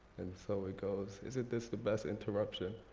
and so it goes. isn't this the best interruption?